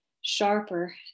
sharper